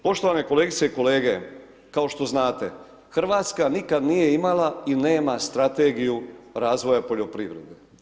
Poštovane kolegice i kolege, kao što znate, RH nikada nije imala i nema strategiju razvoja poljoprivrede.